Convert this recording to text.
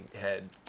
head